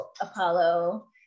Apollo